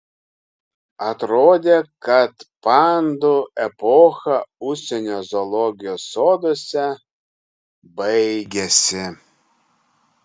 atrodė kad pandų epocha užsienio zoologijos soduose baigėsi